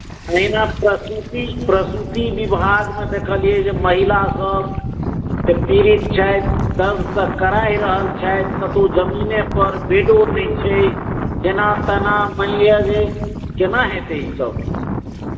एहिना प्रसूति प्रसूति विभागमे देखलियै जे महिलासभ पीड़ित छथि दर्दसँ कराहि रहल छथि कतहु जमीनेपर बेडो नहि छै जेना तेना मानि लिअ जे केना हेतै ईसभ